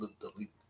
delete